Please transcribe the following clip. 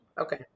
Okay